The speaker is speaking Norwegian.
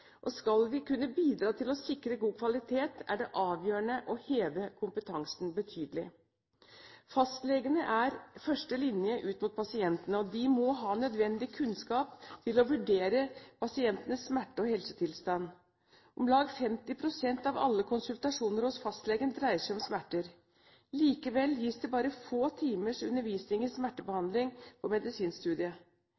dag. Skal vi kunne bidra til å sikre god kvalitet, er det avgjørende å heve kompetansen betydelig. Fastlegene er første linje ut mot pasientene, og de må ha nødvendig kunnskap til å vurdere pasientenes smerte- og helsetilstand. Om lag 50 pst. av alle konsultasjoner hos fastlegen dreier seg om smerter. Likevel gis det bare få timers undervisning